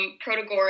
Protagoras